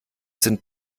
sind